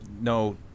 No